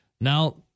Now